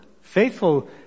Faithful